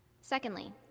Secondly